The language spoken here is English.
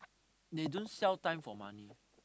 they don't sell time for money